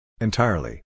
Entirely